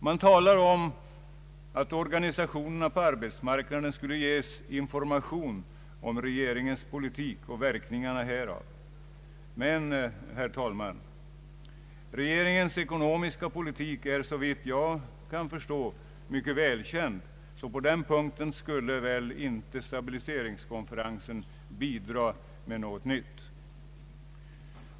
Man säger att organisationerna på arbetsmarknaden skulle ges information om regeringens politik och verkningarna av denna. Men, herr talman, regeringens ekonomiska politik är, såvitt jag förstår, mycket välkänd. På den punkten skulle stabiliseringskonferensen därför inte kunna bidra med något nytt.